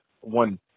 one